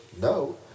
No